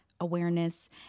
awareness